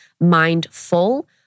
mindful